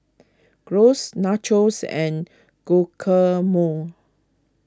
Gyros Nachos and Guacamole